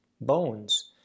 bones